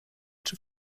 czy